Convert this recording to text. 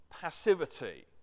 passivity